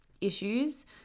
issues